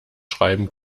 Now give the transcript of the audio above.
schreiben